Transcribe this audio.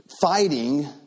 fighting